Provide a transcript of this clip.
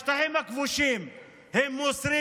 בשטחים הכבושים הם מוסרים